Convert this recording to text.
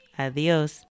adios